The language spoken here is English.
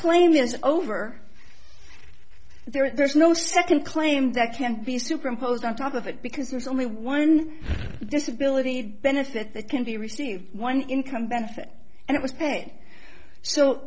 claim is over there's no second claim that can be superimposed on top of it because there's only one disability benefit that can be received one income benefit and it was paid so